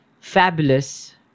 fabulous